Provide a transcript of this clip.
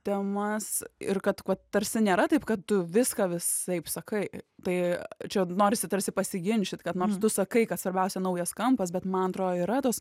temas ir kad tarsi nėra taip kad tu viską visaip sakai tai čia norisi tarsi pasiginčyt kad nors tu sakai kad svarbiausia naujas kampas bet man atrodo yra